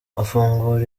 afungura